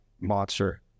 monster